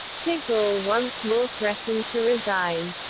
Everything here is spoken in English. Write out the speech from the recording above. de gaulle once more threatened to resign.